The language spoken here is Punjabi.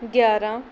ਗਿਆਰਾਂ